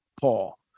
Paul